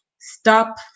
stop